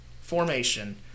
formation